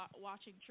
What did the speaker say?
watching